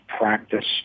practice